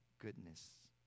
goodness